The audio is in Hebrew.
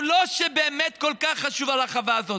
לא שבאמת כל כך חשוב עניין הרחבה הזאת.